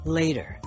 later